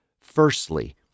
Firstly